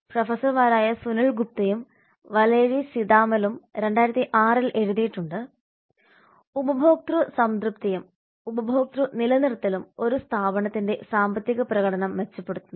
പ്രൊഫസർമാരായ സുനിൽ ഗുപ്തയും വലേരി സീതാമലും 2006 ൽ എഴുതിയിട്ടുണ്ട് ഉപഭോക്തൃ സംതൃപ്തിയും ഉപഭോക്തൃ നിലനിർത്തലും ഒരു സ്ഥാപനത്തിന്റെ സാമ്പത്തിക പ്രകടനം മെച്ചപ്പെടുത്തുന്നു